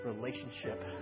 relationship